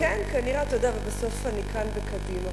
כן, ובסוף אני כאן בקדימה.